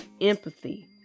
empathy